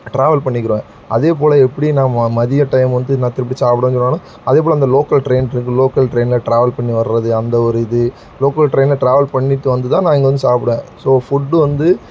travel பண்ணிக்கிடுவேன் அதேபோல் எப்படியும் நம்ம மதியம் டைம் வந்து நான் திருப்பி சாப்பிட்றேன்னு சொன்னாலும் அதேபோல் அந்த லோக்கல் ட்ரெயின் இருக்குது லோக்கல் ட்ரெயினில் ட்ராவல் பண்ணி வர்றது அந்த ஒரு இது லோக்கல் ட்ரெயினில் ட்ராவல் பண்ணிட்டு வந்து தான் நான் இங்கே வந்து சாப்பிடுவேன் ஸோ ஃபுட்டு வந்து